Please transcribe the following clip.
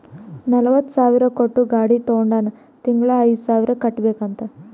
ನಲ್ವತ ಸಾವಿರ್ ಕೊಟ್ಟು ಗಾಡಿ ತೊಂಡಾನ ತಿಂಗಳಾ ಐಯ್ದು ಸಾವಿರ್ ಕಟ್ಬೇಕ್ ಅಂತ್